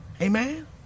Amen